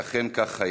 זה אכן כך.